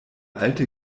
alte